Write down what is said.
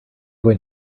going